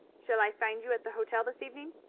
shall i find you at the hotel this evening?